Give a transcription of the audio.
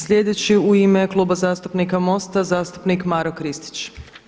Sljedeći u ime Kluba zastupnika MOST-a zastupnik Maro Kristić.